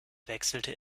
wechselte